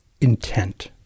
intent